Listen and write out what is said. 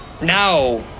Now